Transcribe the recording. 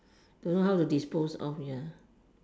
don't know how to dispose of ya